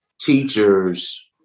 teachers